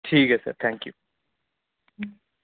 ठीक ऐ sir thank U